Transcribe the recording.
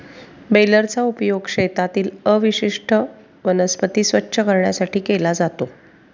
बेलरचा उपयोग शेतातील अवशिष्ट वनस्पती स्वच्छ करण्यासाठी केला जातो